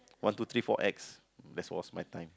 one two three four X that's was my time